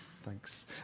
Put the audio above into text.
thanks